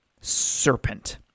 serpent